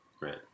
right